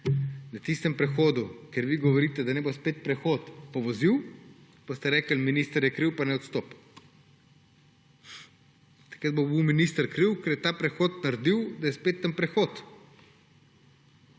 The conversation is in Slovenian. na tistem prehodu, ker vi govorite, da naj bo spet prehod, povozil, boste rekli, da je minister kriv in naj odstopi. Takrat bo tisti minister kriv, ker je ta prehod naredil, da je spet tam prehod.